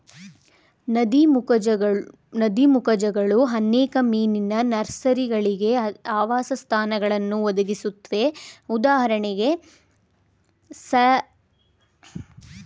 ನದೀಮುಖಗಳು ಅನೇಕ ಮೀನಿನ ನರ್ಸರಿಗಳಿಗೆ ಆವಾಸಸ್ಥಾನಗಳನ್ನು ಒದಗಿಸುತ್ವೆ ಉದಾ ಸ್ಯಾಲ್ಮನ್ ಮತ್ತು ಸೀ ಟ್ರೌಟ್